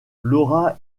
laura